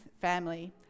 family